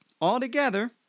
altogether